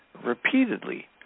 repeatedly